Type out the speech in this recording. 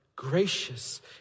gracious